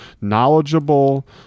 knowledgeable